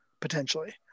potentially